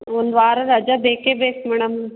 ಒಂದ್ವಾರ ರಜೆ ಬೇಕೇ ಬೇಕು ಮೇಡಮ್